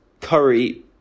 curry